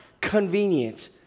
convenient